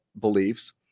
beliefs